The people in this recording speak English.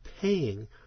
paying